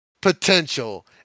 potential